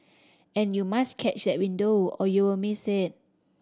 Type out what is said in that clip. and you must catch that window or you'll miss it